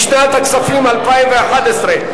לשנת הכספים 2012,